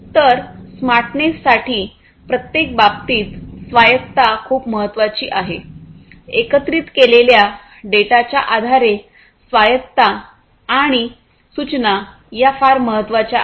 तर स्मार्टनेससाठी प्रत्येक बाबतीत स्वायत्तता खूप महत्वाची आहे एकत्रित केलेल्या डेटाच्या आधारे स्वायत्तता आणि सूचना या फार महत्वाच्या आहेत